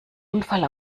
unfall